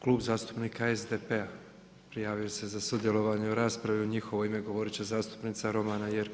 Klub zastupnika SDP-a prijavio se za sudjelovanje u raspravi, u njihovo ime govorit će zastupnica Romana Jerković.